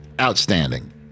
outstanding